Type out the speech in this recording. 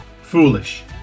foolish